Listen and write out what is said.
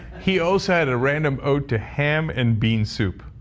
he also had a random oath to ham and bean soup.